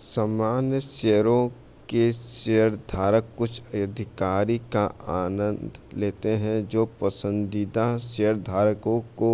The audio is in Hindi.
सामान्य शेयरों के शेयरधारक कुछ अधिकारों का आनंद लेते हैं जो पसंदीदा शेयरधारकों को